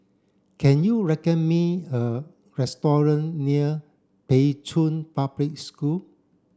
can you me a restaurant near Pei Chun Public School